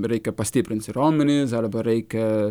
reikia pastiprinti raumenis arba reikia